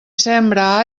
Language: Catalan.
sembra